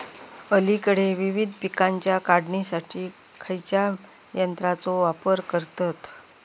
अलीकडे विविध पीकांच्या काढणीसाठी खयाच्या यंत्राचो वापर करतत?